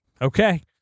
Okay